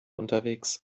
unterwegs